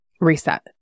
reset